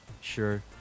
Sure